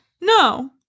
no